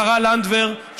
השרה לנדבר,